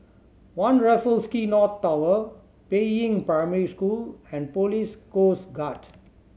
One Raffles Quay North Tower Peiying Primary School and Police Coast Guard